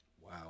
Wow